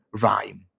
rhyme